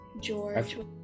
george